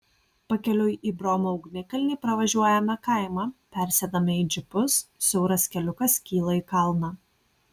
pakeliui į bromo ugnikalnį pravažiuojame kaimą persėdame į džipus siauras keliukas kyla į kalną